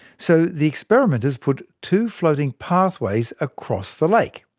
so the experimenters put two floating pathways across the lake.